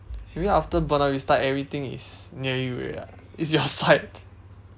maybe after buona-vista everything is near you already [what] is your side